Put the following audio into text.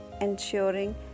ensuring